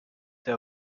der